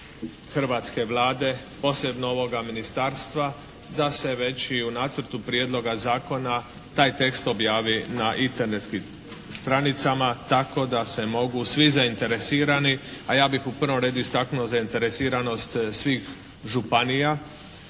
hrvatske Vlade, posebno ovoga ministarstva da se već i u Nacrtu prijedloga zakona taj tekst objavi na Internetskim stranicama tako da se mogu svi zainteresirani, a ja bih u prvom redu istaknuo zainteresiranost svih županija